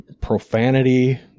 profanity